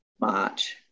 March